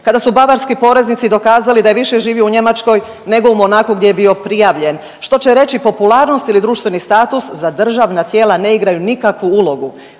kada su bavarski poreznici dokazali da je više živio u Njemačkoj nego u Monaku gdje je bio prijavljen što će reći popularnost ili društveni status za državna tijela ne igraju nikakvu ulogu.